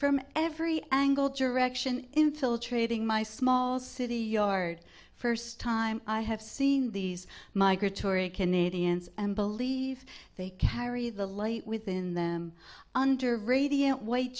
from every angle direction infiltrating my small city yard first time i have seen these migratory canadians and believe they carry the light within them under radiant white